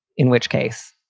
in which case,